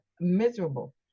miserable